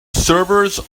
servers